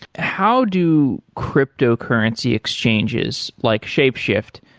how do cryptocurrency exchanges like shapeshift,